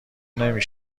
نمی